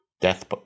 death